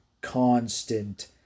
constant